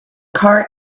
car